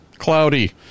Cloudy